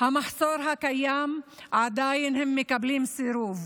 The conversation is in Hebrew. המחסור הקיים, עדיין הם מקבלים סירוב.